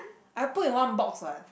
I put in one box what